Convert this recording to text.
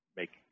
make